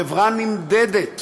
חברה נמדדת